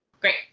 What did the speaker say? great